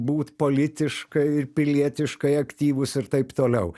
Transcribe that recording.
būt politiškai ir pilietiškai aktyvūs ir taip toliau